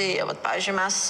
tai vat pavyzdžiui mes